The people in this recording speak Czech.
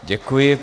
Děkuji.